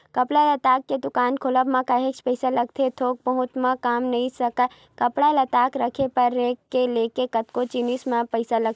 कपड़ा लत्ता के दुकान खोलब म काहेच पइसा लगथे थोर बहुत म काम नइ सरकय कपड़ा लत्ता रखे बर रेक ले लेके कतको जिनिस म पइसा लगथे